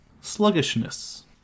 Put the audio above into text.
Sluggishness